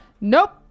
Nope